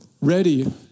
ready